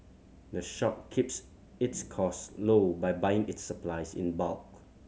the shop keeps its cost low by buying its supplies in bulk